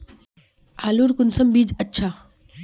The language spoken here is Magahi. आलूर कुंसम बीज अच्छा?